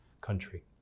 country